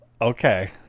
Okay